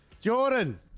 Jordan